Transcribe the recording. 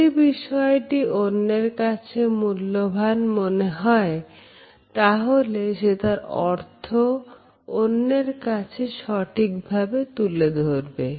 যদি বিষয়টি অন্যের কাছে মূল্যবান মনে হয় তাহলে সে তার অর্থ অন্যের কাছে সঠিকভাবে তুলে ধরবে